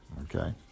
okay